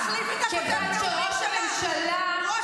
תחליפי את כותב הנאומים שלך.